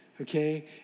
Okay